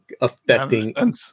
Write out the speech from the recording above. affecting